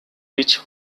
beach